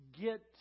get